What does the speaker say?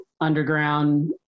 underground